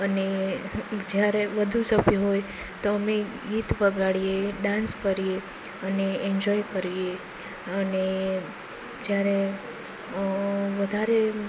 અને જ્યારે વધુ સભ્યો હોય તો અમે ગીત વગાઈએ ડાન્સ કરીએ અને એન્જોય કરીએ અને જ્યારે વધારે